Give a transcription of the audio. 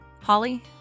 Holly